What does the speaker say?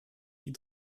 die